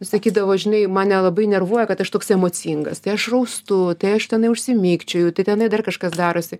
sakydavo žinai mane labai nervuoja kad aš toks emocingas tai aš raustu tai aš tenai užsimikčioju tai tenai dar kažkas darosi